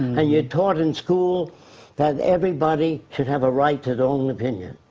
and you're taught in school that everybody should have a right to their own opinion.